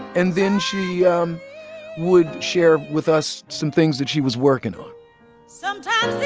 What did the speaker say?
and then she yeah um would share with us some things that she was working on sometimes